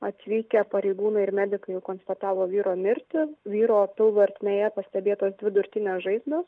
atvykę pareigūnai ir medikai konstatavo vyro mirtį vyro pilvo ertmėje pastebėtos dvi durtinės žaizdos